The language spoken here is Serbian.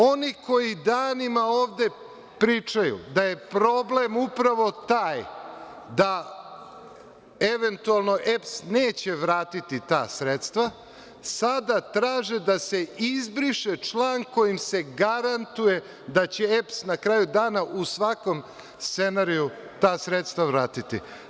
Oni koji danima ovde pričaju da je problem upravo taj da eventualno EPS neće vratiti ta sredstva sada traže da se izbriše član kojim se garantuje da će EPS na kraju dana u svakom scenariju ta sredstva vratiti.